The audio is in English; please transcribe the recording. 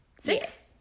Six